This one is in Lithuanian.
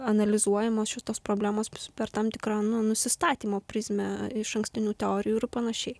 analizuojamos šitos problemos per tam tikrą nu nusistatymo prizmę išankstinių teorijų ir panašiai